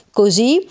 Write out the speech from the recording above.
così